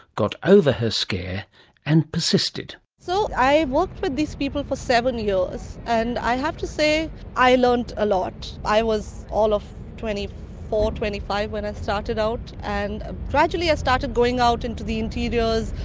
got over her scare and persisted. so i worked with these people for seven years and i have to say i learned a lot. i was all of twenty four, twenty five when i started out, and ah gradually i started going out into the interiors,